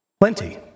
plenty